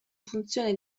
funzione